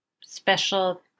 special